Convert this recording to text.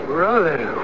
Brother